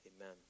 Amen